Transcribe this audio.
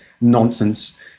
nonsense